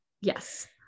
Yes